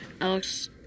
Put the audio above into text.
Alex